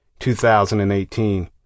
2018